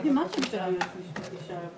יש כאן ציבור